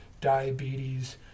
diabetes